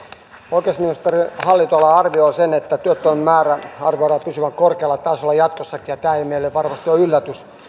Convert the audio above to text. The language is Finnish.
oikeusministeriön hallintoala arvioi että työttömien määrän arvioidaan pysyvän korkealla tasolla jatkossakin ja tämä ei meille varmasti ole yllätys